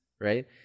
right